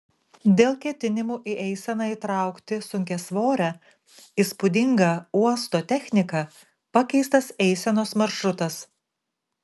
dėl ketinimų į eiseną įtraukti sunkiasvorę įspūdingą uosto techniką pakeistas eisenos maršrutas